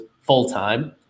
full-time